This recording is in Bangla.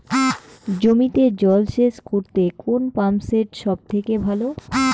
জমিতে জল সেচ করতে কোন পাম্প সেট সব থেকে ভালো?